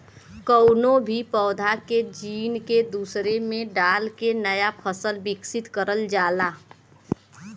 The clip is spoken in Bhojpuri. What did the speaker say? कउनो भी पौधा के जीन के दूसरे में डाल के नया फसल विकसित करल जाला